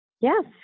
yes